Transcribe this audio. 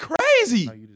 crazy